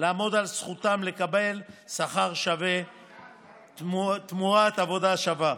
לעמוד על זכותם לקבל שכר שווה תמורת עבודה שווה.